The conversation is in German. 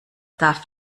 darf